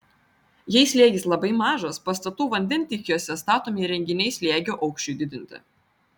jei slėgis labai mažas pastatų vandentiekiuose statomi įrenginiai slėgio aukščiui didinti